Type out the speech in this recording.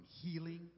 healing